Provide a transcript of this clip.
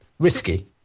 Risky